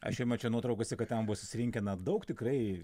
aš jau mačiau nuotraukose kad ten buvo susirinkę na daug tikrai